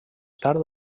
tard